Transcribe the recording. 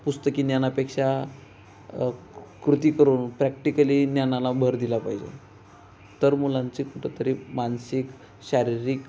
पुस्तकी ज्ञानापेक्षा कृती करून प्रॅक्टिकली ज्ञानाला भर दिला पाहिजे तर मुलांचे कुठंतरी मानसिक शारीरिक